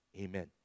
Amen